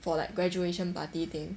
for like graduation party thing